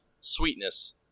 sweetness